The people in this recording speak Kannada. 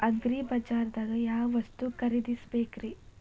ಅಗ್ರಿಬಜಾರ್ದಾಗ್ ಯಾವ ವಸ್ತು ಖರೇದಿಸಬೇಕ್ರಿ?